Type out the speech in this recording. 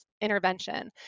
intervention